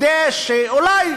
כדי שאולי